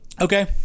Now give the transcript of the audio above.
Okay